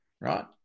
right